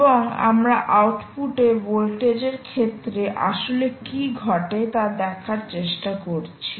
এবং আমরা আউটপুট ভোল্টেজের ক্ষেত্রে আসলে কী ঘটে তা দেখার চেষ্টা করছি